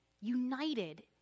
united